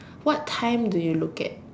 what time do you look at